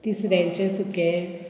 तिसऱ्यांचे सुकें